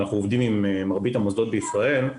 ואנחנו עובדים עם מרבית המוסדות בישראל.